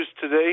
today